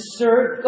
serve